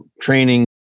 training